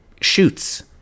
shoots